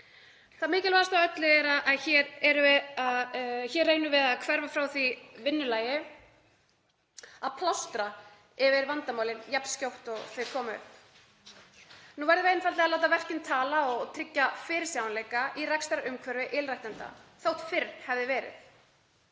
Það mikilvægasta af öllu er að hér reynum við að hverfa frá því vinnulagi að plástra yfir vandamálin jafn skjótt og þau koma upp. Nú verðum við einfaldlega að láta verkin tala og tryggja fyrirsjáanleika í rekstrarumhverfi ylræktenda og þótt fyrr hefði verið.